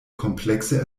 komplexe